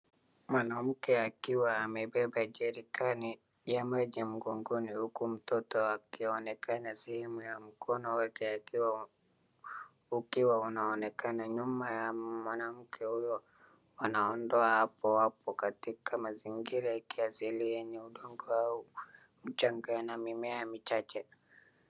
Mwanamke akiwa amebeba jerikani ya maji mgongoni huku mtoto akionekana sehemu ya mkono wake, ukiwa unaonekana nyuma ya mwanamke huyu anaondoa hapo hapo katika mazingira ya kiasili wenye udongo au mchanga na mimea michache.